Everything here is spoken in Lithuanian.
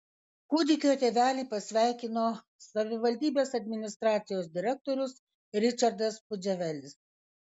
kūdikio tėvelį pasveikino savivaldybės administracijos direktorius ričardas pudževelis